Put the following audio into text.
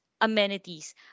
amenities